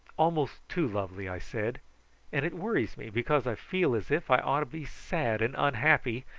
almost too lovely, i said and it worries me because i feel as if i ought to be sad and unhappy,